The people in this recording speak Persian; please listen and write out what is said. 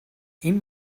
این